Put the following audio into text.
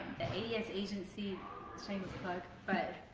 the ads agency shameless plug but